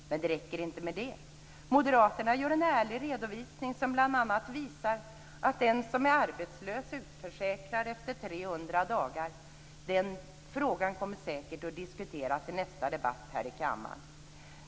Men det räcker inte med det. Moderaterna gör en ärlig redovisning som bl.a. visar att den som är arbetslös utförsäkras efter 300 dagar. Den frågan kommer säkert att diskuteras i nästa debatt i kammaren.